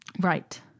Right